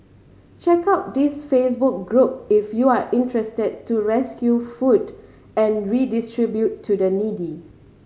check out this Facebook group if you are interested to rescue food and redistribute to the needy